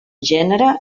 gènere